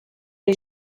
les